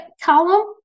column